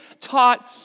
taught